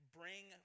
bring